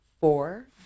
four